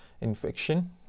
infection